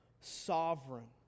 sovereign